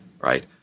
Right